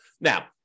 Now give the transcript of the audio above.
Now